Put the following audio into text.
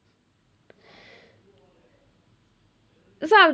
so I've